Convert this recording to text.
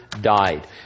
died